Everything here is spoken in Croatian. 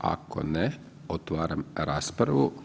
Ako ne, otvaram raspravu.